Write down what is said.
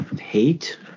Hate